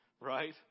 Right